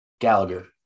Gallagher